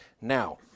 Now